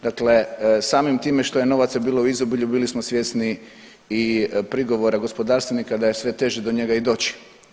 Dakle samim time što je novaca bilo u izobilju bili smo svjesni i prigovora gospodarstvenika da je sve teže do njega i doći.